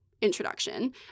introduction